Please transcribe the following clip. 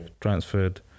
transferred